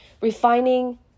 refining